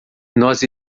nós